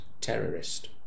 terrorist